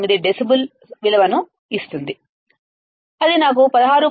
9 decibels విలువను ఇస్తుంది అది నాకు 16